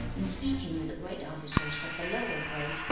in speaking with the great officers of the lower grade,